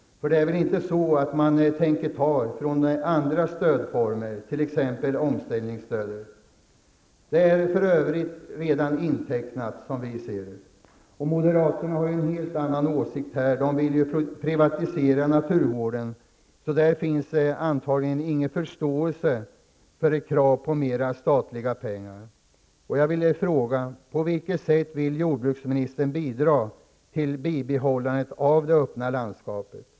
För det är väl inte så att man tänker ta från andra stödformer, t.ex. omställningsstödet? Det är för övrigt redan intecknat, som vi ser det. Moderaterna har här en helt annan åsikt. De vill ju privatisera naturvården, så där finns antagligen ingen förståelse för ett krav på mera statliga pengar. På vilket sätt vill jordbruksministern bidra till bibehållandet av det öppna landskapen?